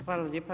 Hvala lijepa.